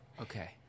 Okay